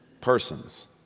persons